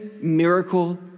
miracle